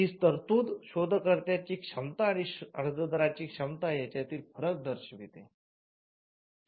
ही तरतूद शोधकर्त्याची क्षमता आणि अर्जदाराची क्षमता यांच्यातील फरक दर्शवते